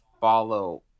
follow